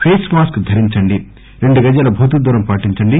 face mask ధరించండి రెండు గజాల భౌతిక దూరం పాటించండి